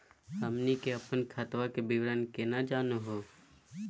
हमनी के अपन खतवा के विवरण केना जानहु हो?